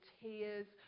tears